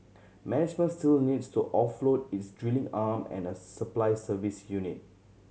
management still needs to offload its drilling arm and a supply service unit